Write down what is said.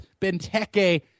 Benteke